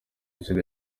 inshuro